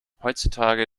heutzutage